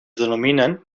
denominen